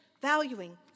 valuing